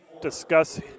discuss